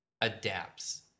adapts